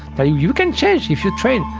ah you can change if you train.